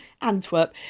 Antwerp